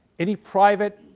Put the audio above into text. any private,